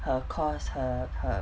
her course her her